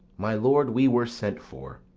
my lord, we were sent for.